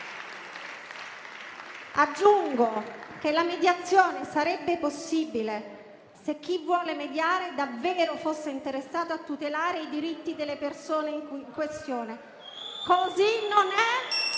Aggiungo che la mediazione sarebbe possibile se chi vuole mediare fosse davvero interessato a tutelare i diritti delle persone in questione, ma così non è.